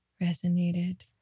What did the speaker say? resonated